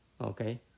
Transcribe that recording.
okay